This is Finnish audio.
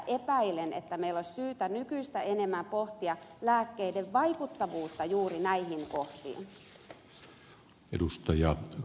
epäilen että meillä olisi syytä nykyistä enemmän pohtia lääkkeiden vaikuttavuutta juuri näihin kohtiin